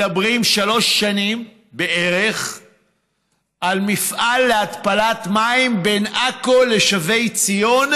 מדברים שלוש שנים בערך על מפעל להתפלת מים בין עכו לשבי ציון,